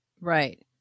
Right